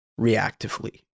reactively